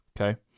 Okay